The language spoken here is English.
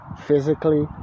physically